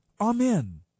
Amen